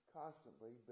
constantly